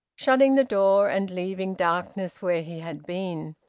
shutting the door and leaving darkness where he had been.